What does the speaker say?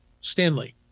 Stanley